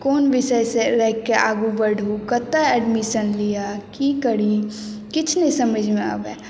कोन विषयसँ राखि कऽ आगू बढ़ू कतय एडमिशन लिअ की करी किछु नहि समझमे आबय